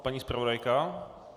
Paní zpravodajka.